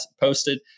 posted